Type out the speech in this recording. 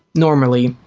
normally.